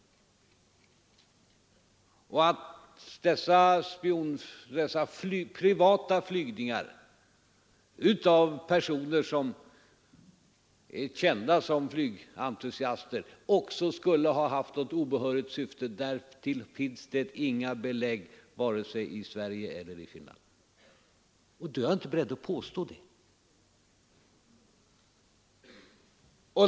Att dessa privata flygningar av personer som är kända som flygentusiaster också skulle ha haft något obehörigt syfte finns det inga belägg för i vare sig Sverige eller Finland, och då är jag inte beredd att påstå det.